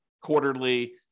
quarterly